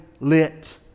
lit